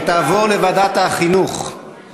נא לרשום את שתי ההתנגדויות גם כן, לפרוטוקול.